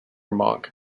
monk